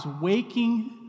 waking